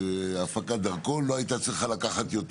כשהפקת דרכון לא לקחה יותר